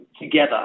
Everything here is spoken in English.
together